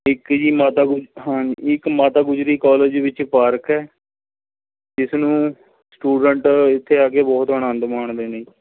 ਇੱਕ ਜੀ ਮਾਤਾ ਗੁ ਹਾਂ ਇੱਕ ਮਾਤਾ ਗੁਜਰੀ ਕੋਲਜ ਵਿੱਚ ਪਾਰਕ ਹੈ ਜਿਸ ਨੂੰ ਸਟੂਡੈਂਟ ਇੱਥੇ ਆ ਕੇ ਬਹੁਤ ਅਨੰਦ ਮਾਣਦੇ ਨੇ